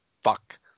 fuck